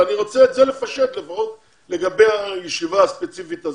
אז אני רוצה את זה לפשט לפחות לגבי הישיבה הספציפית הזאת.